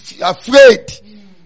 afraid